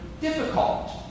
difficult